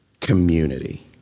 community